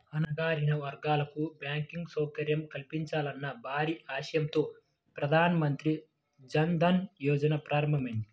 అణగారిన వర్గాలకు బ్యాంకింగ్ సౌకర్యం కల్పించాలన్న భారీ ఆశయంతో ప్రధాన మంత్రి జన్ ధన్ యోజన ప్రారంభమైంది